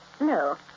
No